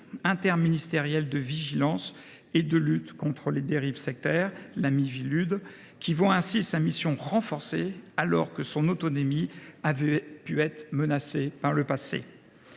interministérielle de vigilance et de lutte contre les dérives sectaires. La Miviludes voit ainsi sa mission renforcée, alors que son autonomie avait pu être menacée par le passé.